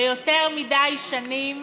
ויותר מדי שנים